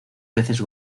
veces